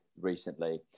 recently